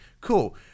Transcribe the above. cool